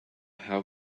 how